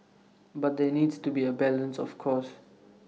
but there needs to be A balance of course